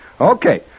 Okay